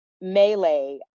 melee